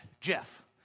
Jeff